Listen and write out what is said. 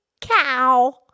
Cow